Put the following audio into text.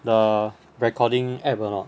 the recording app or not